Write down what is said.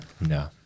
no